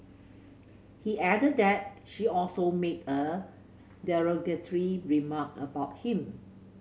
he added that she also made a derogatory remark about him